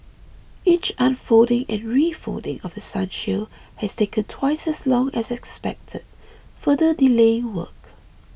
each unfolding and refolding of The Sun shield has taken twice as long as expected further delaying work